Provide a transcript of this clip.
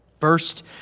First